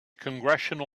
congressional